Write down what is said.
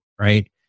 Right